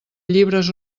llibres